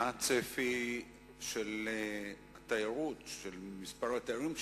מה הצפי של התיירות, של מספר התיירים שיגיעו?